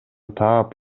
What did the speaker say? таап